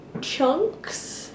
chunks